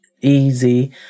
easy